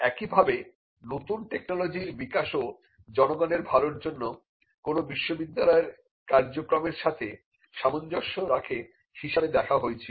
একইভাবে নতুন টেকনোলজির বিকাশও জনগণের ভালোর জন্য কোন বিশ্ববিদ্যালয়ের কার্যক্রমের সাথে সামঞ্জস্য রাখে হিসাবে দেখা হয়েছিল